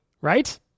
right